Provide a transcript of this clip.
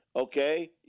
Okay